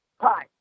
hi